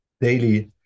Daily